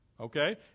Okay